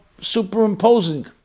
superimposing